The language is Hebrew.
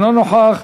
אינו נוכח,